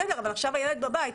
בסדר, אבל עכשיו הילד בבית.